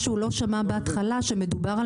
אבל מה שהוא לא שמע בהתחלה זה שמדובר על